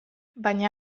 baina